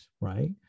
Right